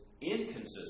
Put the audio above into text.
inconsistent